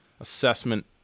assessment –